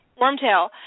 Wormtail